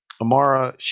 Amara